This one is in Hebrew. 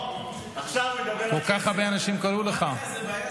כל כך הרבה אנשים קראו לך.